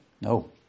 No